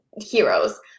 Heroes